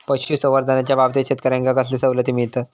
पशुसंवर्धनाच्याबाबतीत शेतकऱ्यांका कसले सवलती मिळतत?